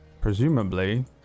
presumably